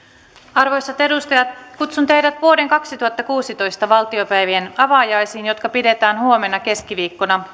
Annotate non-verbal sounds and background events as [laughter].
arvoisat edustajat kutsun teidät vuoden kaksituhattakuusitoista valtiopäivien avajaisiin jotka pidetään huomenna keskiviikkona [unintelligible]